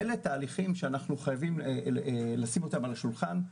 אלה תהליכים שאנחנו חייבים לשים על השולחן.